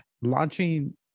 launching